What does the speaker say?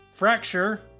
Fracture